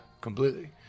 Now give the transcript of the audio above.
Completely